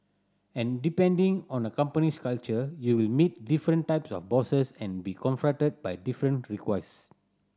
and depending on a company's culture you will meet different types of bosses and be confronted by different request